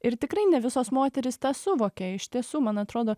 ir tikrai ne visos moterys tą suvokė iš tiesų man atrodo